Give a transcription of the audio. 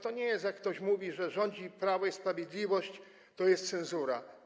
To nie jest tak, jak ktoś mówi, że rządzi Prawo i Sprawiedliwość, to jest cenzura.